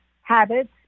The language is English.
Habits